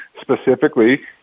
specifically